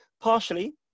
partially